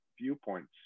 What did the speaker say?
viewpoints